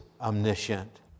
omniscient